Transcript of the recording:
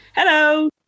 Hello